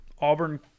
Auburn